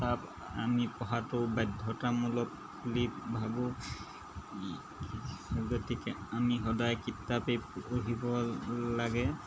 কিতাপ আমি পঢ়াটো বাধ্যতামূলক বুলি ভাবোঁ গতিকে আমি সদায় কিতাপেই পঢ়িব লাগে